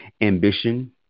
ambition